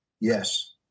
yes